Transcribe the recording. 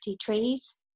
trees